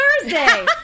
thursday